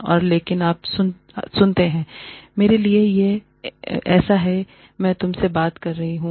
और लेकिन जब आप सुनते हैं मेरे लिए यह ऐसा है मैं तुमसे बात कर रहा हूं